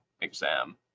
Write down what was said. exam